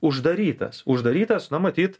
uždarytas uždarytas na matyt